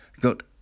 got